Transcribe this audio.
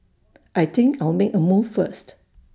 I think I'll make A move first